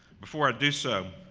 before i do so